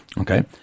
Okay